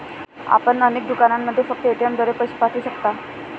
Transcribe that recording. आपण अनेक दुकानांमध्ये फक्त पेटीएमद्वारे पैसे पाठवू शकता